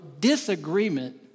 disagreement